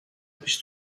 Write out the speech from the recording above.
پیش